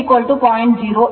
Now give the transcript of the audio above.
06 b 1 0